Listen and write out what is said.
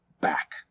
back